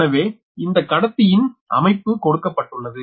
எனவே இந்த கடத்தியின் அமைப்பு கொடுக்கப்பட்டுள்ளது